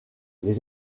les